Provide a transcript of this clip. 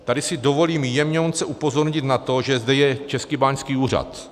Tady si dovolím jemňounce upozornit na to, že zde je Český báňský úřad.